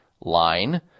line